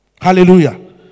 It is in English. Hallelujah